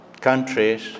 countries